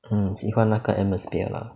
mm 喜欢那个 atmosphere lah